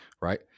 right